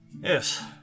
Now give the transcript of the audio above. Yes